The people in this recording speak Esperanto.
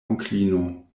onklino